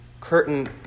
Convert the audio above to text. curtain